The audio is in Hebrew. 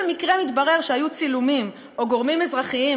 ורשמיים לא נבהלים ולא בוחלים באמירות נמהרות וחסרות אחריות,